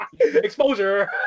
Exposure